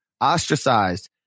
ostracized